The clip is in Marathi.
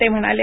ते म्हणाले